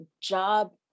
job